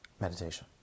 meditation